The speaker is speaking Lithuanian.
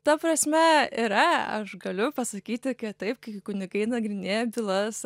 ta prasme yra aš galiu pasakyti kad taip kai kunigai nagrinėja bylas